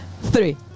three